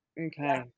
okay